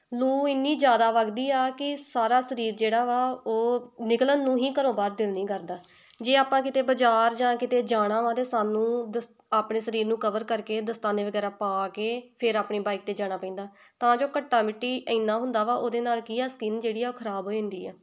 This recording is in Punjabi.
ਲੂ ਇੰਨੀ ਜ਼ਿਆਦਾ ਵਗਦੀ ਆ ਕਿ ਸਾਰਾ ਸਰੀਰ ਜਿਹੜਾ ਵਾ ਉਹ ਨਿਕਲਣ ਨੂੰ ਹੀ ਘਰੋਂ ਬਾਹਰ ਦਿਲ ਨਹੀਂ ਕਰਦਾ ਜੇ ਆਪਾਂ ਕਿਤੇ ਬਾਜ਼ਾਰ ਜਾਂ ਕਿਤੇ ਜਾਣਾ ਵਾ ਅਤੇ ਸਾਨੂੰ ਦਸ ਆਪਣੇ ਸਰੀਰ ਨੂੰ ਕਵਰ ਕਰਕੇ ਦਸਤਾਨੇ ਵਗੈਰਾ ਪਾ ਕੇ ਫਿਰ ਆਪਣੀ ਬਾਈਕ 'ਤੇ ਜਾਣਾ ਪੈਂਦਾ ਤਾਂ ਜੋ ਘੱਟਾ ਮਿੱਟੀ ਇੰਨਾ ਹੁੰਦਾ ਵਾ ਉਹਦੇ ਨਾਲ ਕੀ ਆ ਸਕਿੰਨ ਜਿਹੜੀ ਆ ਉਹ ਖਰਾਬ ਹੋ ਜਾਂਦੀ ਆ